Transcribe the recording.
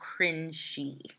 cringy